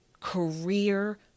career